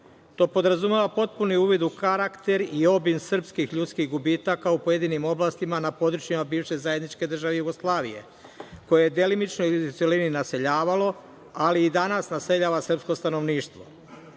To podrazumeva potpuni uvid u karakter i obim srpskih ljudskih gubitaka u pojedinim oblastima na područjima bivše zajedničke države Jugoslavije, koje je delimično ili u celini naseljavalo, ali i danas naseljava srpsko stanovništvo. Izvan